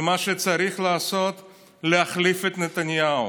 ומה שצריך לעשות הוא להחליף את נתניהו.